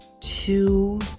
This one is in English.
two